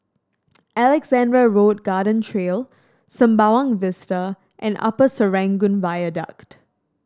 Alexandra Road Garden Trail Sembawang Vista and Upper Serangoon Viaduct